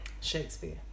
Shakespeare